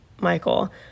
Michael